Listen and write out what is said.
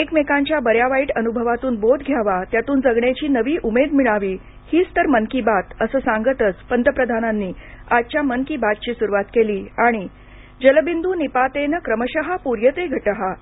एकमेकांच्या बऱ्या वाईट अनुभवातून बोध घ्यावा त्यातून जगण्याची नवी उमेद मिळावी हीच तर मन की बात असं सांगतच पंतप्रधानांनी आजच्या मन की बात ची सुरूवात केली आणि जलबिदू निपातेन क्रमशः पूर्यते घटः